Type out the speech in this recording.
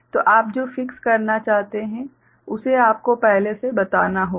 तो आप जो फ़िक्स करना चाहते हैं उसे आपको पहले से बताना होगा